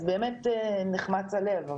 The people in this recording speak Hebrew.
באמת נחמץ הלב.